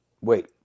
Wait